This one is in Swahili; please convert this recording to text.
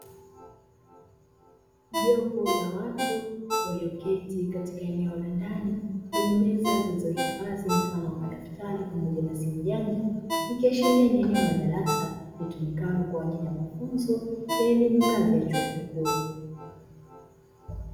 Jopo la watu walioketi katika eneo la ndani lenye meza zilizohifadhi mfano wa madaftari pamoja na simu janja, ikiashiria ni eneo la darasa litumikalo kwa ajili ya mafunzo ya elimu ya ngazi ya chuo kikuu.